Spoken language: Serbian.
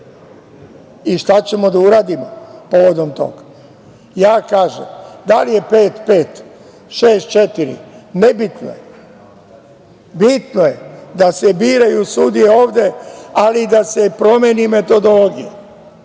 i šta ćemo da uradimo povodom toga. Ja kažem da li je pet-pet, šest-četiri, nebitno je, bitno je da se biraju sudije ovde, ali da se promeni metodologija